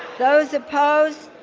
those opposed,